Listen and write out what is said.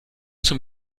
zum